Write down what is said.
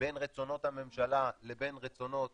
בין רצונות הממשלה לבין רצונות